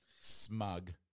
smug